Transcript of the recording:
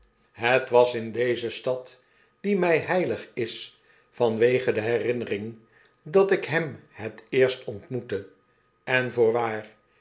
het was in deze stad die mij heilig is vanwege de herinnering dat ik hem het eerst ontmoette en voorwaar